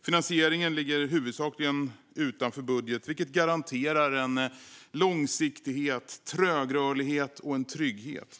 Finansieringen ligger huvudsakligen utanför budget, vilket garanterar långsiktighet, trögrörlighet och en trygghet.